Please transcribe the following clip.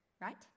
right